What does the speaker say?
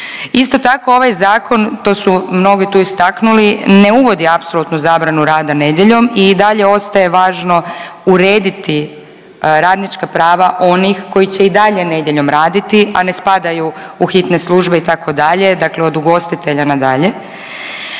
Isto tako ovaj zakon, to su mnogi tu istaknuli, ne uvodi apsolutnu zabranu rada nedjeljom i dalje ostaje važno urediti radnička prava onih koji će i dalje nedjeljom raditi, a ne spadaju u hitne službe itd., dakle od ugostitelja na dalje.